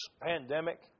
pandemic